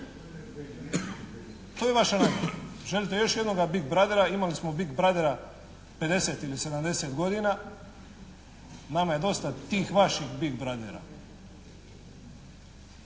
To je vaša namjera. Želite još jednoga big brothera, imali smo big brothera 50 ili 70 godina, nama je dosta tih vaših big brothera.